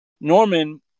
Norman